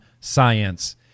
science